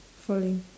falling